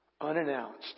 unannounced